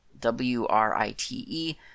W-R-I-T-E